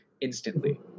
instantly